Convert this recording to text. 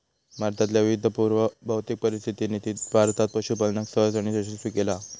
भारतातल्या विविधतापुर्ण भौतिक परिस्थितीनी भारतात पशूपालनका सहज आणि यशस्वी केला हा